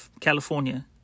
California